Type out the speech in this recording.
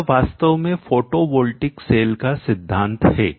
यह वास्तव में फोटोवॉल्टिक सेल का सिद्धांत है